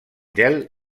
gel